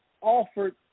offered